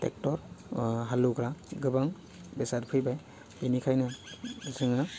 tractor अह हालौवग्रा गोबां बेसाद फैबाय बिनिखायनो जोङो